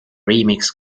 remix